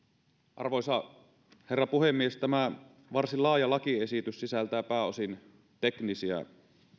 arvoisa herra puhemies tämä varsin laaja lakiesitys sisältää pääosin teknisiä